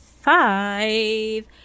five